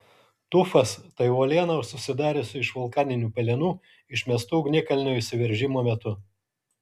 tufas tai uoliena susidariusi iš vulkaninių pelenų išmestų ugnikalnio išsiveržimo metu